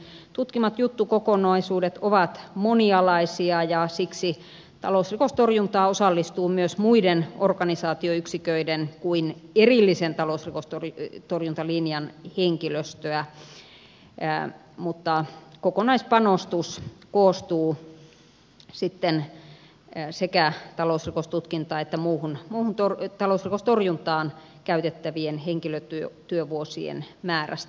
keskusrikospoliisin tutkimat juttukokonaisuudet ovat monialaisia ja siksi talousrikostorjuntaan osallistuu myös muiden organisaatioyksiköiden kuin erillisen talousavusta viipyy torilta linjan kiintiö talousrikostorjuntalinjan henkilöstöä mutta kokonaispanostus koostuu sitten sekä talousrikostutkintaan että muuhun talousrikostorjuntaan käytettävien henkilötyövuosien määrästä